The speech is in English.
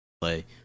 play